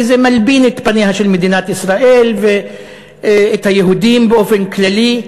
כי זה מלבין את פניה של מדינת ישראל ואת פני היהודים באופן כללי.